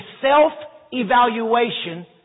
self-evaluation